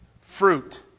fruit